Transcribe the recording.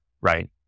Right